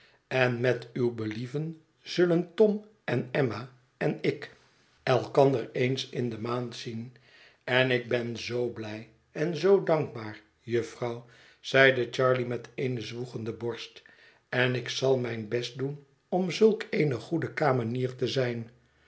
en met uw believen zullen tom en emma en ik elkander eens in de maand zien en ik ben zoo blij en zoo dankbaar jufvrouw zeide charley met eene zwoegende borst en ik zal mijn best doen om zulk eene goede kamenier te zijn